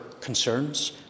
concerns